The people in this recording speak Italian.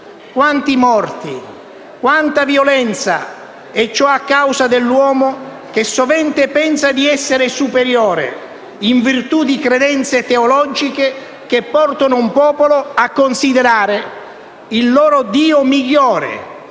Quanti morti, quanta violenza e ciò a causa dell'uomo che sovente pensa di essere superiore, in virtù di credenze teologiche che portano un popolo a considerare il loro Dio migliore,